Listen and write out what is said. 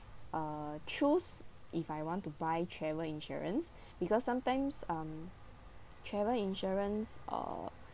uh choose if I want to buy travel insurance because sometimes um travel insurance uh